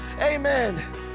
Amen